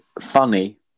funny